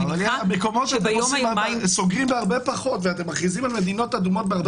אבל אתם סוגרים בהרבה פחות ואתם מכריזים על מדינות אדומות בהרבה פחות,